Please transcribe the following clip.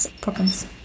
problems